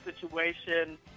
situation